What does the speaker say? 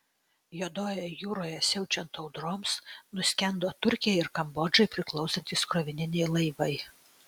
juodojoje jūroje siaučiant audroms nuskendo turkijai ir kambodžai priklausantys krovininiai laivai